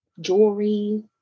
jewelry